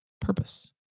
Purpose